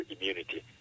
immunity